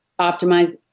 Optimize